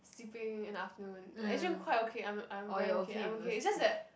sleeping in the afternoon actually quite okay I'm I'm very okay I'm okay it's just that